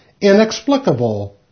inexplicable